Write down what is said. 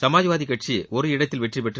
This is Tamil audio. சமாஜ்வாதி கட்சி ஒரு இடத்தில் வெற்றி பெற்று